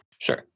Sure